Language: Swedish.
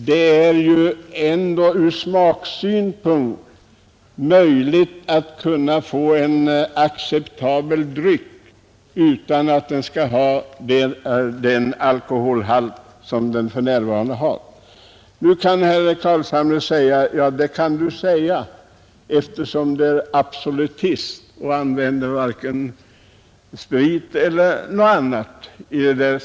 Det är ju fullt möjligt att framställa en ur smaksynpunkt fullt acceptabel dryck utan att ge den samma alkoholhalt som vi gör för närvarande. Nu kanske herr Carlshamre invänder: Ja, det kan du säga som är absolutist och inte använder några alkoholhaltiga drycker.